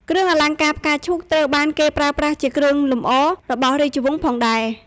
គ្រឿងអលង្ការផ្កាឈូកត្រូវបានគេប្រើប្រាស់ជាគ្រឿងលម្អរបស់រាជវង្សផងដែរ។